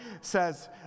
says